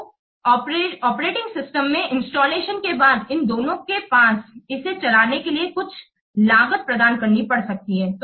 तो operating system मे installation के बाद इन दोनों के पास इसे चलाने के लिए कुछ लागत प्रदान करनी पड़ सकती है